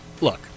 look